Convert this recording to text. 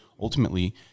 ultimately